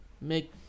make